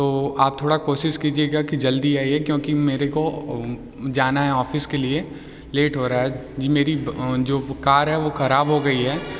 तो आप थोड़ा कोशिश कीजिएगा की जल्दी आइए क्योंकि मेरे को जाना है ऑफिस के लिए लेट हो रहा जी मेरी जो कार है वो ख़राब हो गई है